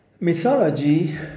mythology